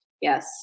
Yes